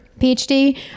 PhD